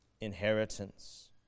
inheritance